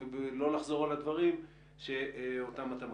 בלי לחזור על הדברים שאותם אתה מכיר.